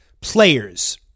players